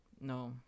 no